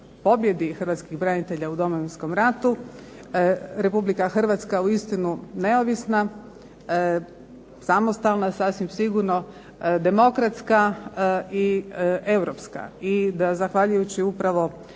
hrvatskih branitelja u Domovinskom ratu Republika Hrvatska uistinu neovisna, samostalna, sasvim sigurno demokratska i europska, i da zahvaljujući upravo toj